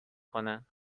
کنن